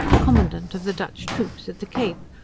commandant of the dutch troops at the cape,